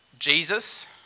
Jesus